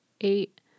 Eight